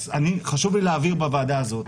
חשוב לי להבהיר בוועדה הזאת,